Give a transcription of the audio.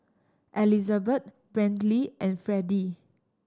Elizabet Brantley and Freddie